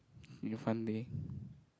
in front leh